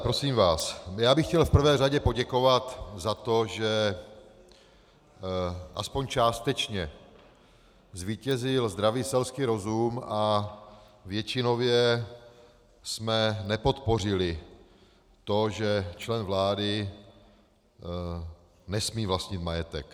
Přátelé, prosím vás, chtěl bych v prvé řadě poděkovat za to, že aspoň částečně zvítězil zdravý selský rozum a většinově jsme nepodpořili to, že člen vlády nesmí vlastnit majetek.